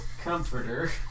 comforter